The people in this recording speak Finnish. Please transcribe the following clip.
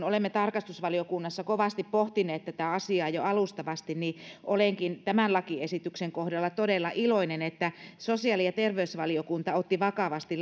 olemme tarkastusvaliokunnassa kovasti pohtineet tätä asiaa jo alustavasti sen takia olen tämän lakiesityksen kohdalla todella iloinen että sosiaali ja terveysvaliokunta otti vakavasti